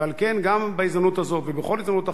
ועל כן גם בהזדמנות הזאת ובכל הזדמנות אחרת,